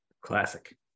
Classic